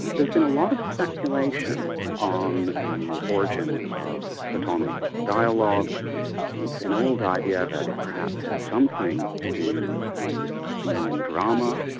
there's been a lot of speculation on the origin of platonic dialogue it's and old idea that it perhaps had something to do with athenian drama,